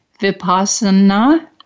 Vipassana